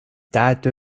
dato